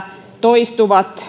toistuvat